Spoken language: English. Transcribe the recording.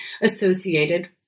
associated